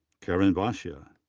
karan bhatia.